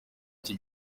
iki